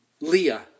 Leah